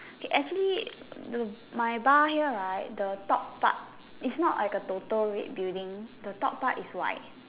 okay actually do my bar here right the top part is not like a total red building the top part is white